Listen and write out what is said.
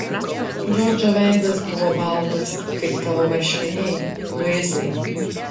džordžo veidas buvo baltas kaip tavo marškiniai luisai